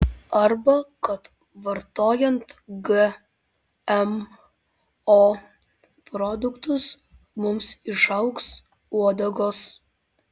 arba kad vartojant gmo produktus mums išaugs uodegos